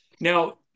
Now